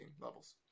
levels